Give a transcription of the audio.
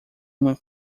uma